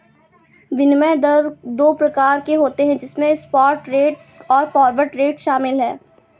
विनिमय दर दो प्रकार के होते है जिसमे स्पॉट रेट और फॉरवर्ड रेट शामिल है